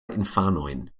infanojn